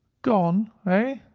gone, ah!